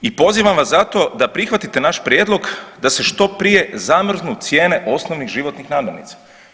I pozivam vas zato da prihvatite naš prijedlog da se što prije zamrznu cijene osnovnih životnih namirnica.